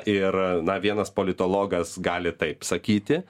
ir na vienas politologas gali taip sakyti